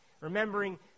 remembering